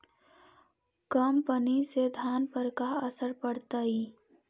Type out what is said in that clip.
कम पनी से धान पर का असर पड़तायी?